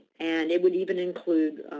and it would even include